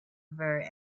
very